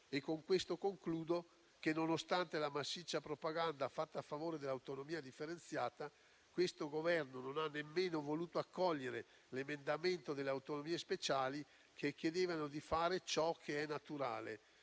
e con questo concludo - che, nonostante la massiccia propaganda fatta a favore dell'autonomia differenziata, questo Governo non ha nemmeno voluto accogliere l'emendamento delle autonomie speciali che chiedevano di fare ciò che è naturale: